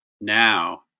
now